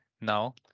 now